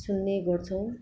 सुन्ने गर्छौँ